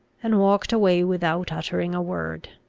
and walked away without uttering a word.